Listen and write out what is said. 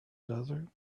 desert